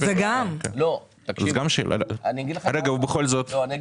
אני אגיד לך למה.